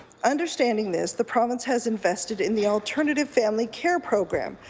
understanding this, the province has invested in the alternative family care program,